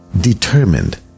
determined